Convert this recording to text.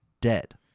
dead